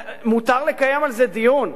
מותר לקיים על זה דיון,